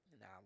Now